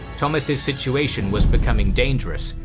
thomas' situation was becoming dangerous,